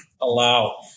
allow